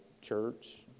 church